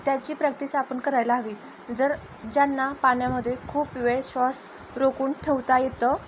त्याची प्रॅक्टिस आपण करायला हवी जर ज्यांना पाण्यामध्ये खूप वेळ श्वास रोखून ठेवता येतं